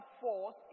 force